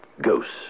ghosts